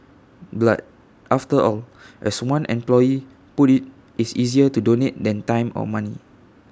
blood after all as one employee put IT is easier to donate than time or money